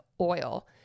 oil